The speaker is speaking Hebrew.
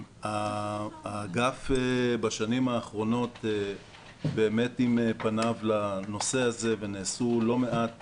האגף בשנים האחרונות באמת עם פניו לנושא הזה ונעשו לא מעט,